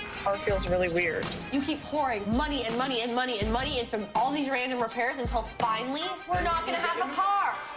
car feels really weird. you keep pouring money and money and money and money into um all these random repairs, until finally we're not gonna have a car!